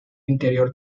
interior